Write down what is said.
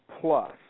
Plus